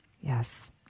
Yes